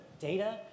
data